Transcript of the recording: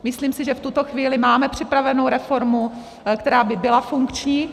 Myslím si, že v tuto chvíli máme připravenu reformu, která by byla funkční.